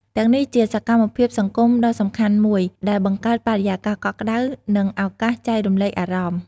ទាំងនេះជាសកម្មភាពសង្គមដ៏សំខាន់មួយដែលបង្កើតបរិយាកាសកក់ក្ដៅ និងឱកាសចែករំលែកអារម្មណ៍ ។